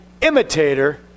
imitator